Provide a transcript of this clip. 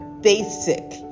basic